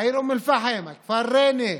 העיר אום אל-פחם, כפר ריינה,